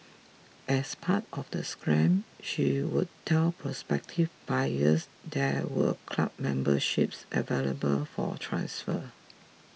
as part of the scam she would tell prospective buyers there were club memberships available for transfer